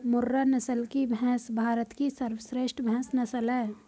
मुर्रा नस्ल की भैंस भारत की सर्वश्रेष्ठ भैंस नस्ल है